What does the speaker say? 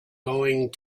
going